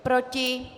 Proti?